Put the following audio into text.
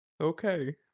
Okay